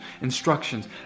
instructions